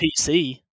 PC